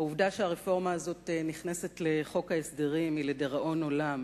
העובדה שהרפורמה הזאת נכנסת לחוק ההסדרים היא לדיראון עולם.